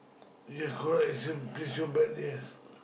ya correct it simply so badly yes